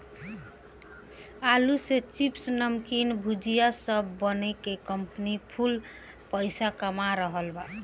आलू से चिप्स, नमकीन, भुजिया सब बना के कंपनी कुल पईसा कमा रहल बा